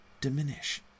diminish